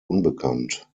unbekannt